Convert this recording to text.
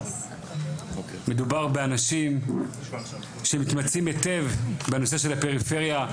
מדובר באנשים שמתמצאים היטב בנושא של הפריפריה,